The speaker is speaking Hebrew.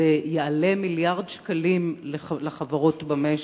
שזה יעלה מיליארד שקלים לחברות במשק.